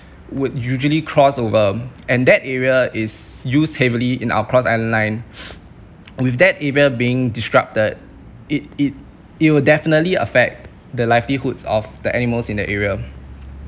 would usually cross over and that area is used heavily in our cross island line with that area being disrupted it it it'll definitely affect the livelihoods of the animals in that area